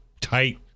tight